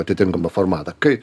atitinkamą formatą kai